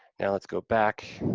now, let's go back.